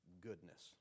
goodness